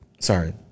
Sorry